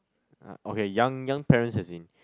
uh okay young young parents as in